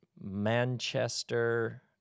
Manchester